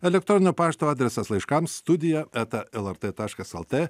elektroninio pašto adresas laiškams studija eta lrt taškas lt